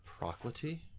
Proclity